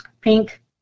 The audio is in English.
Pink